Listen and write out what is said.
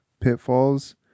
pitfalls